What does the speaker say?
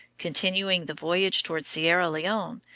continuing the voyage toward sierra leone,